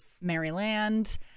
Maryland